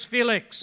Felix